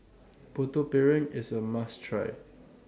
Putu Piring IS A must Try